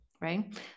Right